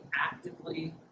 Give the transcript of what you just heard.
actively